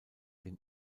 den